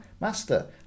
Master